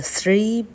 Three